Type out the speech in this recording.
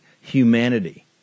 Humanity